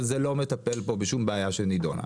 אבל זה לא מטפל פה בשום בעיה שנידונה.